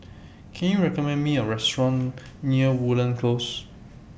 Can YOU recommend Me A Restaurant near Woodleigh Close